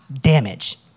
damage